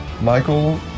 Michael